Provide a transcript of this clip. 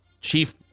chief